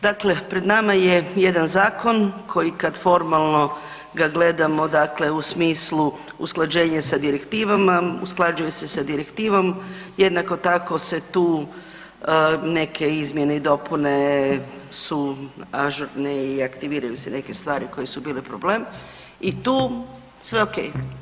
Dakle, pred nama je jedan zakon koji kad formalno ga gledamo dakle u smislu usklađenje s direktivama, usklađuje se s direktivom, jednako tako se tu neke izmjene i dopune su ažurne i aktiviraju se neke stvari koje su bile problem i tu, sve okej.